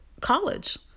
college